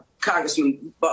Congressman